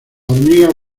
hormigas